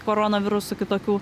koronavirusų kitokių